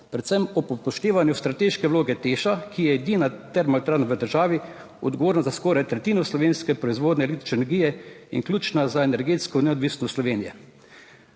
predvsem ob upoštevanju strateške vloge Teša, ki je edina termoelektrarna v državi, odgovorna za skoraj tretjino slovenske proizvodnje električne energije in ključna za energetsko neodvisnost Slovenije.